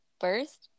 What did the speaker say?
first